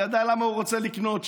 ידע למה הוא רוצה לקנות,